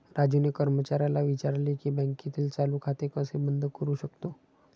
राजूने कर्मचाऱ्याला विचारले की बँकेतील चालू खाते कसे बंद करू शकतो?